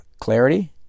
clarity